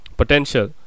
potential